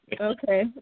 Okay